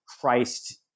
Christ